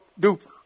duper